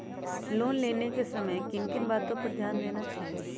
Loan लेने के समय किन किन वातो पर ध्यान देना चाहिए?